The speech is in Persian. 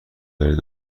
دارید